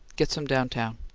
get some down-town.